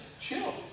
chill